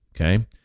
Okay